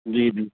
जी जी